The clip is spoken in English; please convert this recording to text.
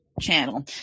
channel